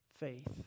Faith